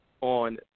on